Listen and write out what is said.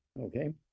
Okay